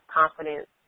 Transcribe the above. confidence